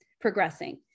progressing